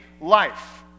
life